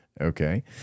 Okay